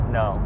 no